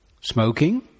smoking